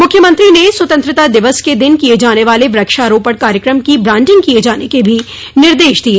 मुख्यमंत्री ने स्वतंत्रता दिवस के दिन किये जाने वाले वृक्षारोपण कार्यक्रम की ब्रांडिंग किये जाने के भी निर्देश दिये